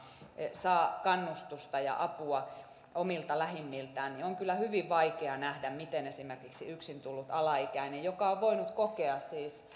saa kannustusta ja apua omilta lähimmiltään niin on kyllä hyvin vaikea nähdä miten esimerkiksi yksin tullut alaikäinen joka on voinut kokea